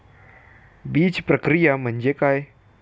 बीजप्रक्रिया म्हणजे काय?